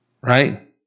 right